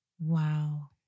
Wow